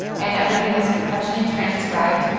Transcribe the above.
and everything is professionally transcribed,